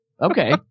Okay